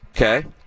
Okay